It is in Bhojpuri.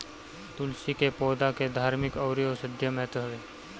तुलसी के पौधा के धार्मिक अउरी औषधीय महत्व हवे